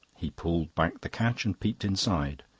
he pulled back the catch and peeped inside.